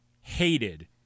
hated